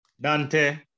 Dante